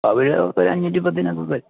പവിഴം ഒരു അഞ്ഞൂറ്റിപ്പത്തിനൊക്കെ വരും